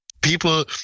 People